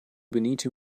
benito